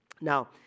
Now